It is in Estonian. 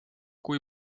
kui